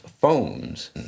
phones